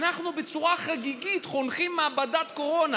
אנחנו בצורה חגיגית חונכים מעבדת קורונה